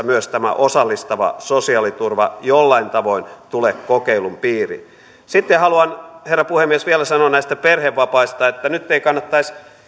myös tämä osallistava sosiaaliturva jollain tavoin tule kokeilun piiriin sitten haluan herra puhemies vielä sanoa näistä perhevapaista että nyt ei kannattaisi